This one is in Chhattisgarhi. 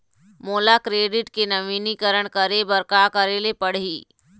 मोला क्रेडिट के नवीनीकरण करे बर का करे ले पड़ही?